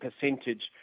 percentage